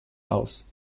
aus